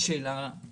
שצריך